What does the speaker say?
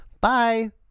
Bye